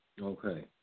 Okay